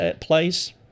place